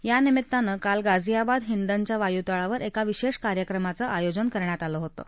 या निमित्तानं काल गाझियाबाद हिंदनच्या वायुतळावर एका विशा कार्यक्रमाचं आयोजन करण्यात आलं होतं